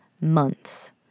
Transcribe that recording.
months